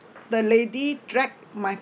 the lady drag my